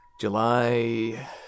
July